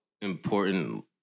important